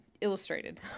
illustrated